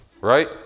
right